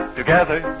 together